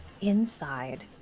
inside